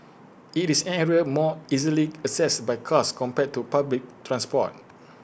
IT is an area more easily accessed by cars compared to public transport